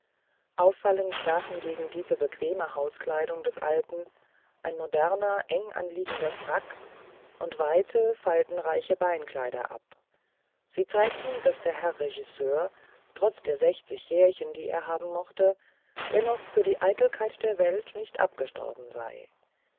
auffallend stachen gegen diese bequeme hauskleidung des alten ein moderner enge anliegender frack und weite faltenreiche beinkleider ab sie zeigten daß der herr regisseur trotz der sechzig jährchen die er haben mochte dennoch für die eitelkeit der welt nicht abgestorben sei